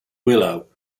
willow